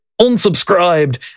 unsubscribed